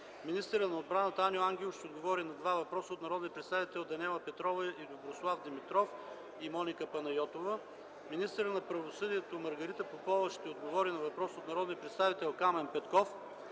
министърът на отбраната Аню Ангелов ще отговори на два въпроса от народните представители Даниела Петрова, Доброслав Димитров и Моника Панайотова; - министърът на правосъдието Маргарита Попова ще отговори на въпрос от народния представител Камен Петков;